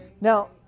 Now